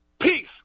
Peace